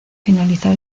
finalizar